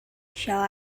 shall